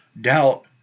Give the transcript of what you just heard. doubt